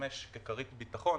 שישמש ככרית ביטחון